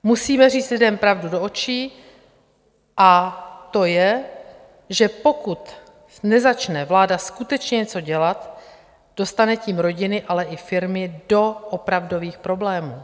Musíme říct lidem pravdu do očí, a to je, že pokud nezačne vláda skutečně něco dělat, dostane tím rodiny, ale i firmy do opravdových problémů.